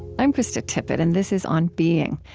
i'm krista tippett, and this is on being.